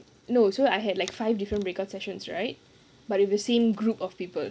no so I had like five different breakout sessions right but with the same group of people